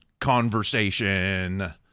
conversation